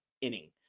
inning